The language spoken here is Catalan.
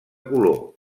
color